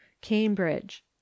Cambridge